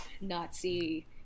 nazi